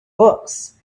books